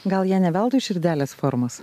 gal jie ne veltui širdelės formos